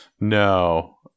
No